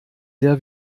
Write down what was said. sehr